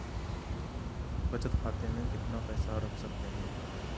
बचत खाते में कितना पैसा रख सकते हैं?